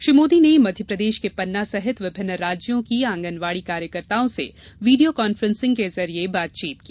श्री मोदी ने मध्यप्रदेश के पन्ना सहित विभिन्न राज्यों की आंगनवाड़ी कार्यकर्ताओं से वीडियो कॉफ्रेंसिंग के जरिए बातचीत की